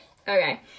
Okay